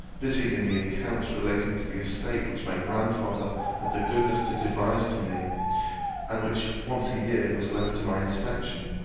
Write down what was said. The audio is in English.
busied in the accounts relating to the estate which my grandfather had the goodness to devise to me and which once a year was left to my inspection,